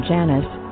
Janice